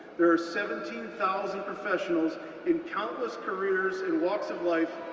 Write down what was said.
there are seventeen thousand professionals in countless careers and walks of life